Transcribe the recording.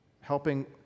helping